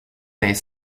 des